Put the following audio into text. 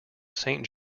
saint